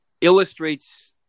illustrates